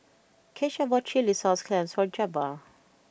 Kesha bought Chilli Sauce Clams for Jabbar